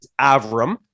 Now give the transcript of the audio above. Avram